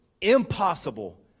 impossible